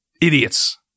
idiots